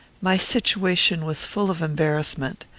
my situation was full of embarrassment.